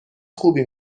خوبی